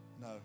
No